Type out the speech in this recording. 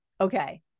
okay